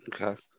Okay